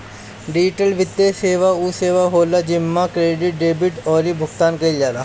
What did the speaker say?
digital वित्तीय सेवा उ सेवा होला जेमे क्रेडिट, डेबिट अउरी भुगतान कईल जाला